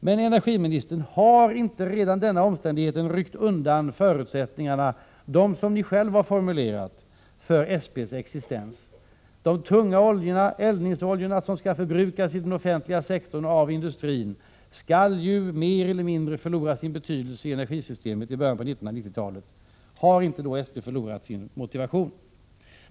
Men, energiministern, har inte redan denna omständighet ryckt undan förutsättningarna — de förutsättningar som ni själv formulerat — för SP:s existens? De tunga oljorna — eldningsoljorna, som skall förbrukas i den offentliga sektorn och av industrin — skall ju mer eller mindre förlora sin betydelse i energisystemet i början av 1990-talet. Har inte motivationen för SP då gått förlorad?